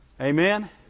Amen